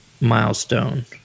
Milestone